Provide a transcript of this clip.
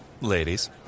ladies